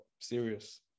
serious